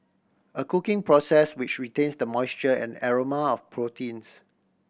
a cooking process which retains the moisture and aroma of proteins